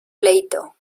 pleito